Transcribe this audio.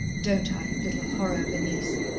don't i, you little horror of a niece?